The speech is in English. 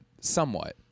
somewhat